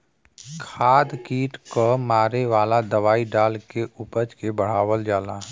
खाद कीट क मारे वाला दवाई डाल के उपज के बढ़ावल जाला